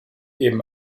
eben